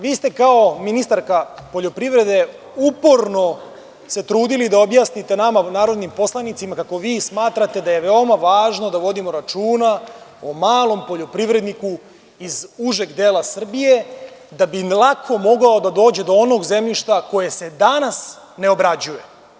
Vi ste kao ministarka poljoprivrede uporno se trudili da objasnite nama, narodnim poslanicima, kako vi smatrate da je veoma važno da vodimo računa o malom poljoprivredniku iz užeg dela Srbije, da bi lako mogao da dođe do onog zemljišta koje se danas ne obrađuje.